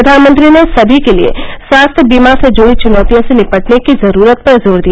प्रधानमंत्री ने सभी के लिए स्वास्थ्य बीमा से जुड़ी चुनौतियों से निपटने की जरूरत पर जोर दिया